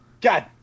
God